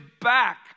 back